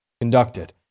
conducted